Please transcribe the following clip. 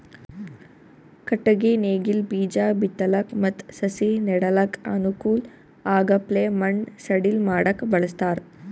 ಕಟ್ಟಗಿ ನೇಗಿಲ್ ಬೀಜಾ ಬಿತ್ತಲಕ್ ಮತ್ತ್ ಸಸಿ ನೆಡಲಕ್ಕ್ ಅನುಕೂಲ್ ಆಗಪ್ಲೆ ಮಣ್ಣ್ ಸಡಿಲ್ ಮಾಡಕ್ಕ್ ಬಳಸ್ತಾರ್